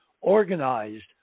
organized